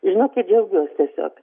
žinokit džiaugiuos tiesiog